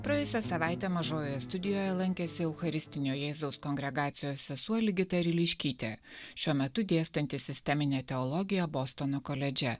praėjusią savaitę mažojoje studijoje lankėsi eucharistinio jėzaus kongregacijos sesuo ligita ryliškytė šiuo metu dėstanti sisteminę teologiją bostono koledže